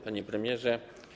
Panie Premierze!